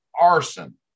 arson